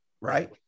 right